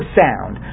sound